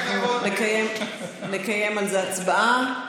נקיים על זה הצבעה.